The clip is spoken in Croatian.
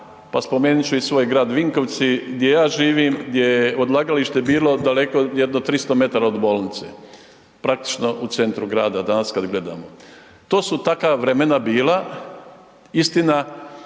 pa spomenut ću i svoj grad Vinkovci gdje ja živim, gdje je odlagalište bilo daleko, jedno 300 metara od bolnice, praktično u centru grada danas kad gledamo. To su takva vremena bila. Istina,